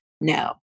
No